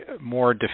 more